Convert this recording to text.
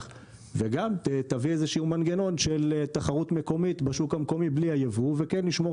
וגם תביא מנגנון של תחרות מקומית בשוק המקומי בלי הייבוא ונשמור